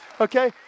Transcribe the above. Okay